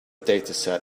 dataset